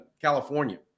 California